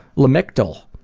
lamictal.